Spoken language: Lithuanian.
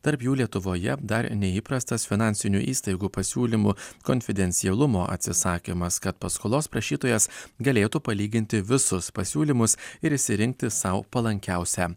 tarp jų lietuvoje dar neįprastas finansinių įstaigų pasiūlymų konfidencialumo atsisakymas kad paskolos prašytojas galėtų palyginti visus pasiūlymus ir išsirinkti sau palankiausią